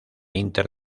inter